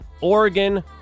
Oregon